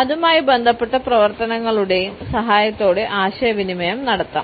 അതുമായി ബന്ധപ്പെട്ട പ്രവർത്തനങ്ങളുടെയും സഹായത്തോടെ ആശയവിനിമയം നടത്താം